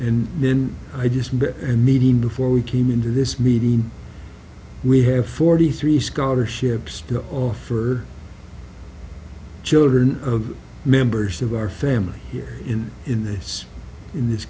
and then i just met and meeting before we came into this meeting we have forty three scholarships to all for children of members of our family here in in this in this